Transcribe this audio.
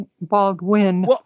Baldwin